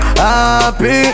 happy